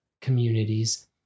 communities